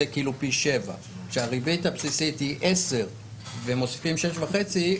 כאילו פי 7. כשהריבית הבסיסית היא 10% ומוסיפים 6.5%,